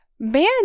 Man